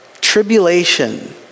tribulation